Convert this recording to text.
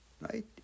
right